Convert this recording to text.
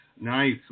nice